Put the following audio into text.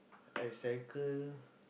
I cycle